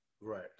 Right